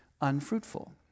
unfruitful